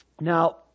Now